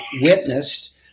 witnessed